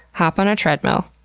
hop on a treadmill,